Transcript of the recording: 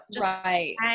right